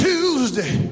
Tuesday